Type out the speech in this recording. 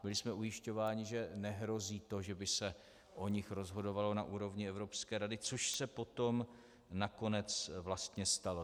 Byli jsme ujišťováni, že nehrozí to, že by se o nich rozhodovalo na úrovni Evropské rady, což se potom nakonec vlastně stalo.